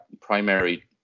primary